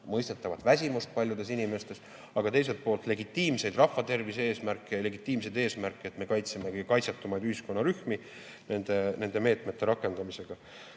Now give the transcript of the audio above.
mõistetavalt väsimust paljudes inimestes, aga teiselt poolt legitiimseid rahvatervise eesmärke, me kaitsemegi kaitsetumaid ühiskonnarühmi nende meetmete rakendamisega.